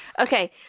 Okay